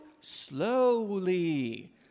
slowly